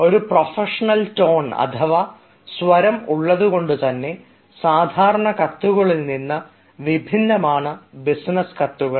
ഒരു professional tone അഥവാ സ്വരം ഉള്ളതുകൊണ്ട് തന്നെ സാധാരണ കത്തുകളിൽ നിന്ന് വിഭിന്നമാണ് ബിസിനസ് കത്തുകൾ